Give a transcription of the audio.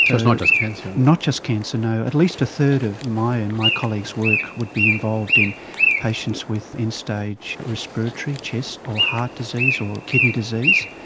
so it's not just cancer? not just cancer no. at least a third of my and my colleagues work would be involved in patients with end stage respiratory chest or heart disease, or kidney disease.